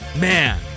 Man